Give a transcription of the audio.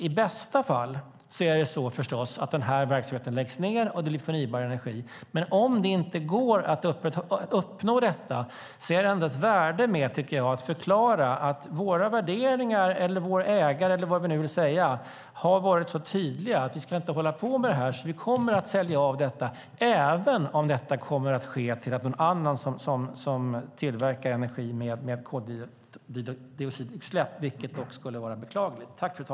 I bästa fall läggs verksamheten ned och vi får i stället förnybar energi, men om detta inte går att uppnå finns det trots allt ett värde i att förklara att utifrån våra värderingar har vår ägare, eller vad vi nu vill säga, varit tydlig med att vi inte ska hålla på med detta och att vi kommer att sälja av det även om det innebär att någon annan i stället tillverkar energi med koldioxidutsläpp, vilket dock skulle vara beklagligt.